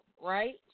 right